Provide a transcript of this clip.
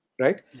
Right